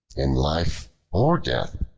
in life, or death,